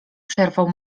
przerwał